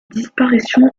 disparition